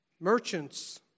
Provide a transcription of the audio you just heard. merchants